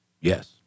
Yes